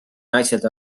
naised